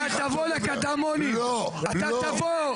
אתה תבוא לקטמונים, אתה תבוא.